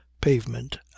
pavement